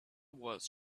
was